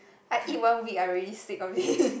I eat one week I already sick of it